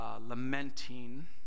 lamenting